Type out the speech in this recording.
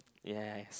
yes